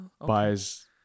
buys